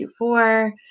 Q4